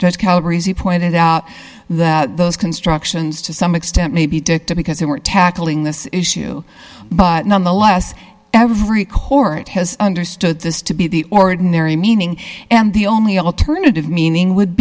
now calories he pointed out that those constructions to some extent may be dicta because they were tackling this issue but nonetheless every court has understood this to be the ordinary meaning and the only alternative meaning would